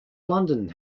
london